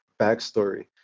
backstory